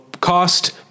cost